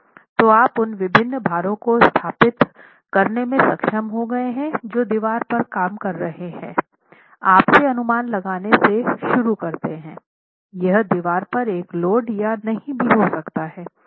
तो आप उन विभिन्न भारों को स्थापित करने में सक्षम हो गए हैं जो दीवार पर काम कर रहे हैं आप से अनुमान लगाने से शुरू करते हैं यह दीवार पर एक लोड या नहीं भी हो सकता है